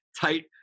tight